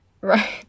Right